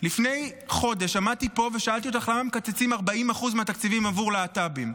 לפני חודש עמדתי פה ושאלתי אותך למה מקצצים 40% מהתקציבים עבור להט"בים.